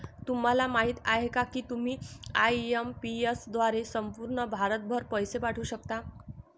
तुम्हाला माहिती आहे का की तुम्ही आय.एम.पी.एस द्वारे संपूर्ण भारतभर पैसे पाठवू शकता